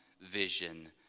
vision